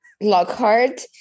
Lockhart